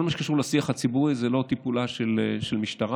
כל מה שקשור לשיח הציבורי זה לא בטיפולה של המשטרה,